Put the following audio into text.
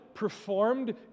performed